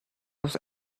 was